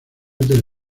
del